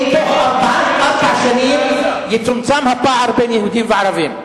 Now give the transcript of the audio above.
אם בתוך ארבע שנים יצומצם הפער בין יהודים לערבים.